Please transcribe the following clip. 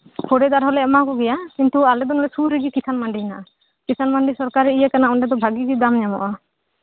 ᱦᱩᱲᱩᱫᱟᱨ ᱦᱚᱸᱞᱮ ᱮᱢᱟ ᱠᱚ ᱜᱮᱭᱟ ᱟᱞᱮ ᱴᱷᱮᱡ ᱠᱷᱚᱱ ᱥᱩᱨ ᱨᱮᱜᱮ ᱠᱤᱥᱟᱱ ᱢᱟᱱᱰᱤ ᱦᱮᱱᱟᱜᱼᱟ ᱠᱤᱥᱟᱱ ᱢᱟᱱᱰᱤ ᱥᱚᱨᱠᱟᱨᱤ ᱤᱭᱟᱹ ᱠᱟᱱᱟ ᱚᱸᱰᱮ ᱫᱚ ᱵᱷᱟᱜᱤ ᱜᱮ ᱫᱟᱢ ᱧᱟᱢᱚᱜᱼᱟ